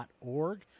org